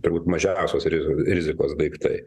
turbūt mažiausios riz rizikos daiktai